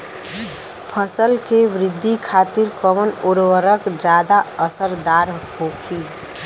फसल के वृद्धि खातिन कवन उर्वरक ज्यादा असरदार होखि?